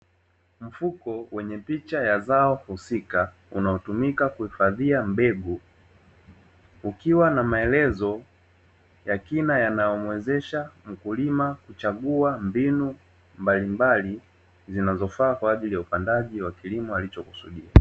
Mfuko wenye picha ya zao husika unaotumika kuhifadhia mbegu, ukiwa na maelekezo yakina yanayomwezesha mkulima kuchagua mbinu mbalimbali zinazofaa kwa ajili ya upandaji wa kilimo alichokusudia.